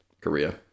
Korea